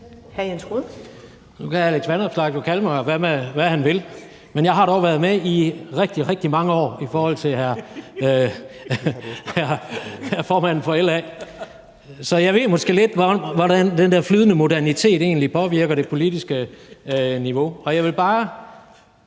Rohde (KD): Nu kan hr. Alex Vanopslagh jo kalde mig, hvad han vil. Men jeg har dog været med i rigtig, rigtig mange år i forhold til formanden for LA, så jeg ved måske lidt om, hvordan den der flydende modernitet egentlig påvirker det politiske niveau, og jeg vil bare